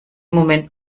moment